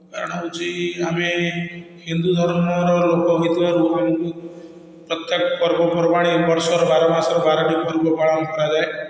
କାରଣ ହେଉଛି ଆମେ ହିନ୍ଦୁ ଧର୍ମର ଲୋକ ହେଇଥିବାରୁ ଆମକୁ ପ୍ରତ୍ୟେକ ପର୍ବପର୍ବାଣୀ ବର୍ଷର ବାର ମାସର ବାରଟି ପର୍ବ ପାଳନ କରାଯାଏ